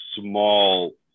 small